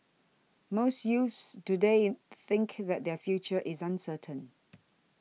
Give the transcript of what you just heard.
most youths today in think that their future is uncertain